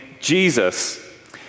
Jesus